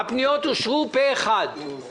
להצביע לזכר הנצחה של מכובדים רבים.